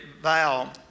vow